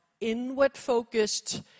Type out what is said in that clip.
inward-focused